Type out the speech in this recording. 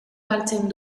galtzen